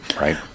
right